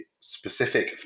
specific